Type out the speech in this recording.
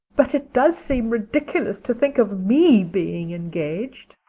but it does seem ridiculous to think of me being engaged.